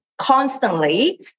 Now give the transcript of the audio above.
constantly